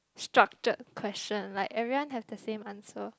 structured question like everyone have the same answer